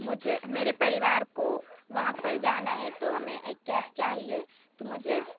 मुझे मेरे परिवार को वहाँ पर जाना है तो हमें एक कैब चाहिए तो मुझे